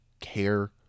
care